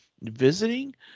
visiting